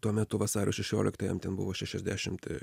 tuo metu vasario šešioliktąją jam ten buvo šešiasdešimt